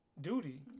duty